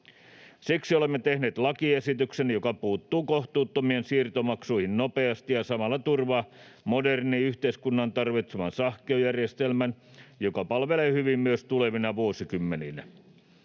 Siksi olemme tehneet lakiesityksen, joka puuttuu kohtuuttomiin siirtomaksuihin nopeasti ja samalla turvaa modernin yhteiskunnan tarvitseman sähköjärjestelmän, joka palvelee hyvin myös tulevina vuosikymmeninä.